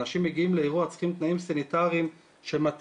אנשים מגיעים לאירוע והם צריכים תנאים סניטריים שמתאימים.